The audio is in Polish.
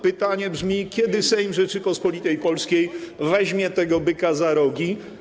Pytanie brzmi: Kiedy Sejm Rzeczypospolitej Polskiej weźmie tego byka za rogi?